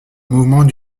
mouvement